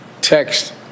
text